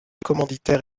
commanditaires